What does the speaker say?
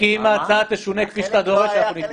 מיקי, אם ההצעה תשונה אנחנו נתמוך,